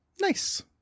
Nice